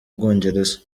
bwongereza